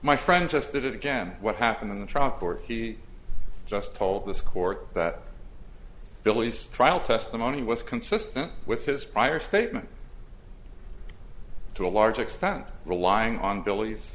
my friend just that again what happened in the truck or he just told this court that believes trial testimony was consistent with his prior statement to a large extent relying on belief